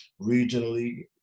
regionally